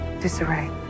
disarray